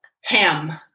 ham